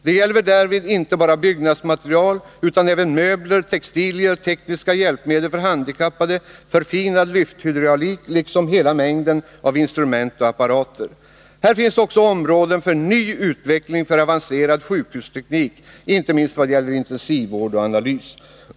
Det gäller därvid inte bara byggnadsmaterial utan även möbler, textilier, tekniska hjälpmedel för handikappade, förfinad lyfthydraulik liksom hela mängden av instrument och apparater. Här finns också områden för ny utveckling för avancerad sjukhusteknik, inte minst vad gäller intensivvård och analys.